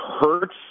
hurts